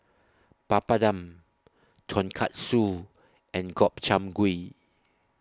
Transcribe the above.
Papadum Tonkatsu and Gobchang Gui